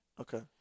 Okay